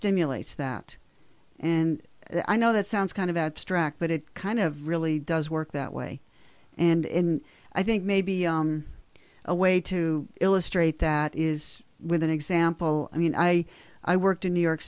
stimulates that and i know that sounds kind of abstract but it kind of really does work that way and i think maybe a way to illustrate that is with an example i mean i i worked in new york